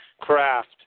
craft